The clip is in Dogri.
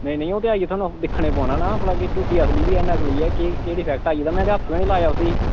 नेईं नेईं ओह् आइयै भला थुहानू दिक्खना पौना ना टूटी नकली ऐ असली ऐ केह् डिफैक्ट आई गेआ में हत्थ बी नि लाया उसी